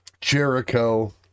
Jericho